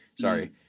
sorry